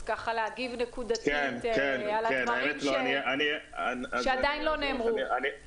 בבקשה להגיב נקודתית על הדברים שעדין לא נאמרו.